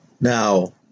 Now